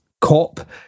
cop